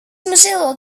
mozilla